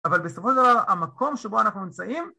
אבל בסופו של דבר המקום שבו אנחנו נמצאים